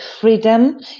freedom